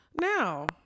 Now